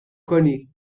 کنی